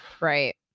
right